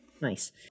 Nice